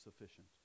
sufficient